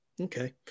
okay